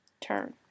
turn